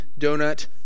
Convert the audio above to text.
donut